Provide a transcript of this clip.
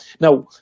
now